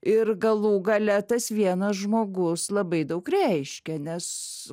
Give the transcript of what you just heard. ir galų gale tas vienas žmogus labai daug reiškia nes